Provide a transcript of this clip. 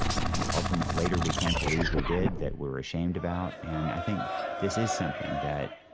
you know, ultimately later we can't believe we did, that we're ashamed about. and i think this is something that,